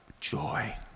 joy